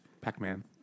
Pac-Man